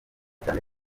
cyane